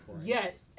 Yes